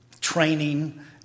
training